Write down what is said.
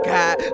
God